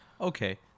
Okay